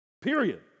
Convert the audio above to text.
Period